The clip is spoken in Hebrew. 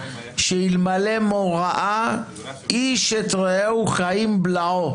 שאלמלא מוראה איש את רעהו חיים בלעו.